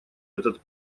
этот